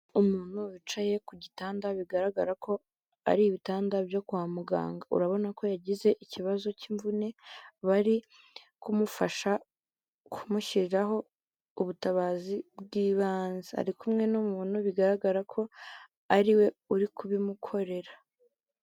Umuntu wicaye ku gitanda bigaragara ko ari ibitanda byo kwa muganga. Urabona ko yagize ikibazo cy'imvune, bari kumufasha kumushyiriraho ubutabazi bw'ibanze. Ari kumwe n'umuntu bigaragara ko ari we uri kubimukorera.